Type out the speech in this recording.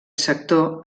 sector